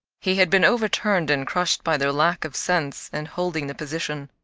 he had been overturned and crushed by their lack of sense in holding the position,